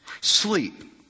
Sleep